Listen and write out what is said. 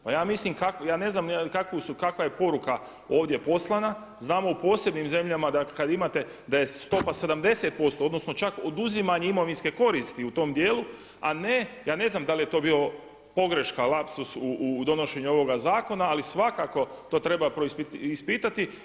Pa ja mislim kako, ja ne znam kakva je poruka ovdje poslana, znamo u posebnim zemljama da kada imate, da je stopa 70%, odnosno čak oduzimanje imovinske koristi u tom dijelu a ne, ja ne znam da li je to bila pogreška, lapsus u donošenju ovoga zakona ali svakako to treba ispitati.